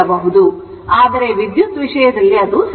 ಯನ್ನು ಕರೆಯುತ್ತದೆ ಆದರೆ ವಿದ್ಯುತ್ ವಿಷಯದಲ್ಲಿ ಅದು ಸರಿಯಲ್ಲ